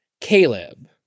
Caleb